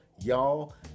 y'all